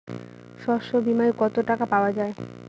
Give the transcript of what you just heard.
শস্য বিমায় কত টাকা পাওয়া যায়?